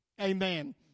Amen